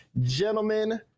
Gentlemen